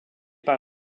par